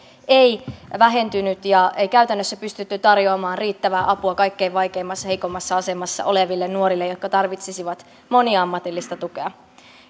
ei vähentynyt ja ei käytännössä pystytty tarjoamaan riittävää apua kaikkein vaikeimmassa heikoimmassa asemassa oleville nuorille jotka tarvitsisivat moniammatillista tukea